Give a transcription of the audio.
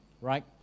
right